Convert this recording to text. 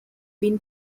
been